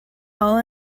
all